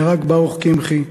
נהרג ברוך קמחי,